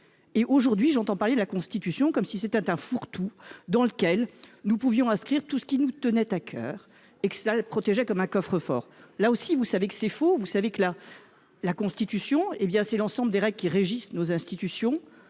Aujourd'hui, j'entends parler de la Constitution comme si c'était un fourre-tout dans lequel nous pourrions inscrire tout ce qui nous tient à coeur, et qui serait alors protégé comme dans un coffre-fort. Là encore, vous savez que c'est faux. La Constitution est l'ensemble des règles qui régissent nos institutions